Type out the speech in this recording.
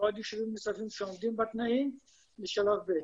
ועוד יישובים שעומדים בתנאים לשלב ב'.